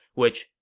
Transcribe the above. which,